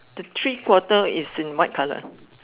the three quarter is in white colour